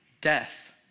death